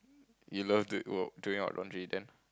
you love do oh doing your laundry then